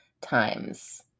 times